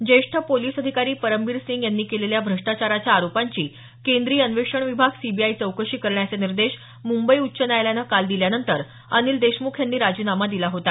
ज्येष्ठ पोलिस अधिकारी परमबीर सिंह यांनी केलेल्या भ्रष्टाचाराच्या आरोपांची केंद्रीय अन्वेषण विभाग सीबीआय चौकशी करण्याचे निर्देश मुंबई उच्च न्यायालयानं काल दिल्यानंतर अनिल देशमुख यांनी राजीनामा दिला होता